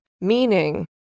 meaning